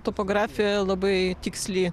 topografija labai tiksli